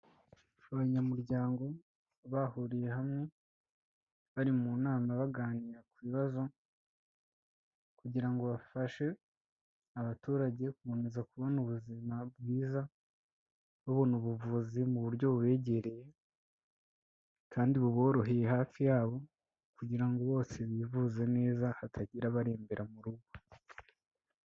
Abanyamuryango bahuriye hamwe, bari mu nama baganira ku bibazo, kugira ngo bafashe abaturage gukomeza kubona ubuzima bwiza, babona ubuvuzi mu buryo bubegereye, kandi buboroheye hafi yabo, kugira ngo bose bivuze neza, hatagira abarembera mu rugo.